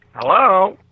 Hello